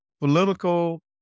political